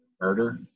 murder